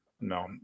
No